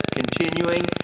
continuing